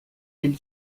del